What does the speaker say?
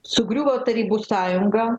sugriuvo tarybų sąjunga